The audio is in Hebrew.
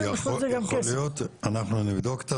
שינויים בסוף זה גם כסף.